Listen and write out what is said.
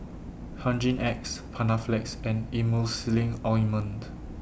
Hygin X Panaflex and Emulsying Ointment